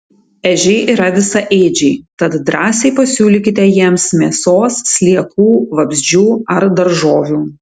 ežiai yra visaėdžiai tad drąsiai pasiūlykite jiems mėsos sliekų vabzdžių ar daržovių